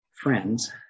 friends